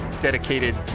dedicated